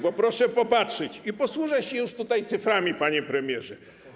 Bo proszę popatrzeć i posłużę się tutaj cyframi, panie premierze.